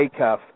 Acuff